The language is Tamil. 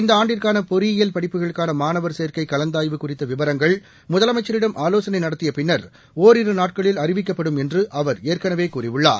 இந்த ஆண்டுக்கான பொறியியல் படிப்புகளுக்கான மாணவர் சேர்க்கை கலந்தாய்வு குறித்த விவரங்கள் முதலமைச்சரிடம் ஆலோசனை நடத்திய பின்னர் ஒரிரு நாளில் அறிவிக்கப்படும் என்று அவர் ஏற்கனவே கூறியுள்ளார்